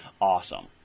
awesome